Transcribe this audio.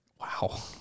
Wow